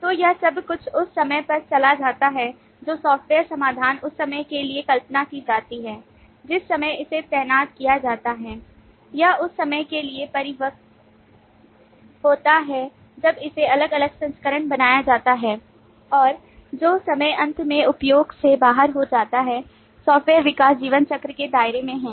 तो यह सब कुछ उस समय पर चला जाता है जो सॉफ़्टवेयर समाधान उस समय के लिए कल्पना की जाती है जिस समय इसे तैनात किया जाता है यह उस समय के लिए परिपक्व होता है जब इसे अलग अलग संस्करण बनाया जाता है और जो समय अंत में उपयोग से बाहर हो जाता है सॉफ्टवेयर विकास जीवनचक्र के दायरे में है